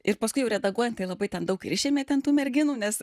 ir paskui jau redaguojant tai labai ten daug ir išėmė ten tų merginų nes